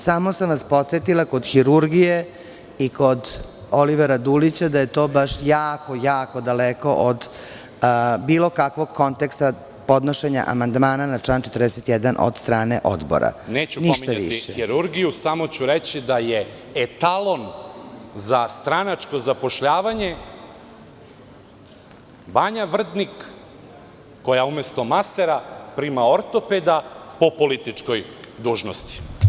Samo sam vas podsetila kod hirurgije i kod Olivera Dulića da je to baš jako daleko od bilo kakvog konteksta podnošenja amandmana na član 41. od strane odbora.) Neću pominjati hirurgiju, samo ću reći da je etalon za stranačko zapošljavanje Banja Vrdnik koja umesto masera prima ortopeda po političkoj dužnosti.